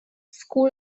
school